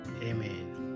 Amen